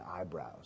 eyebrows